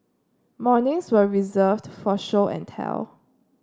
mornings were reserved for show and tell